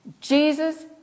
Jesus